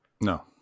No